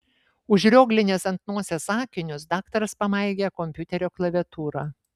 užrioglinęs ant nosies akinius daktaras pamaigė kompiuterio klaviatūrą